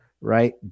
right